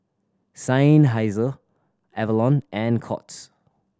Seinheiser Avalon and Courts